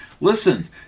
Listen